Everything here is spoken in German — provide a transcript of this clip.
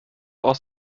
aus